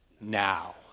now